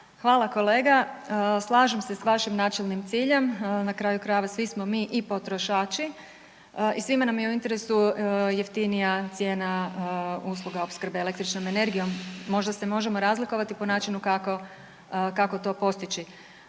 Hvala kolega. Slažem se s vašim načelnim ciljem, na kraju krajeva svi smo mi i potrošači i svima nam je u interesu jeftinija cijena usluga opskrbe eklektičnom energijom, možda se možemo razlikovati po načinu kako to postići.